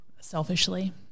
selfishly